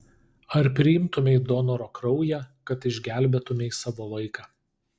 ar priimtumei donoro kraują kad išgelbėtumei savo vaiką